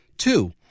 Two